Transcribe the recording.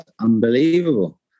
unbelievable